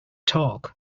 talk